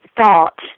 thought